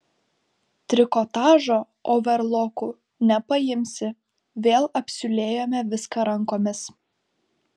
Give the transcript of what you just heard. trikotažo overloku nepaimsi vėl apsiūlėjome viską rankomis